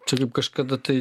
čia kaip kažkada tai